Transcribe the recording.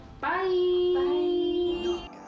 Bye